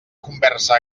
conversa